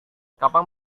kapan